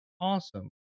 awesome